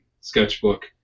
sketchbook